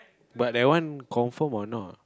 but that one confirm or not